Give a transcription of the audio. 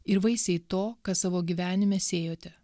ir vaisiai to ką savo gyvenime sėjote